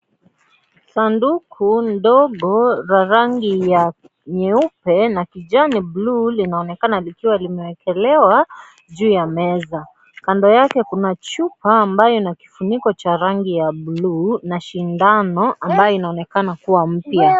Sanduku ndogo la rangi ya nyeupe na kijani blu linaonekana likiwa limewekelewa juu ya meza . Kando yake kuna chupa ambaye ina kifuniko cha rangi ya blu na shindano ambayo inaonekana kuwa mpya.